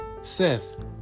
Seth